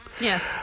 Yes